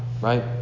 Right